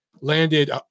Landed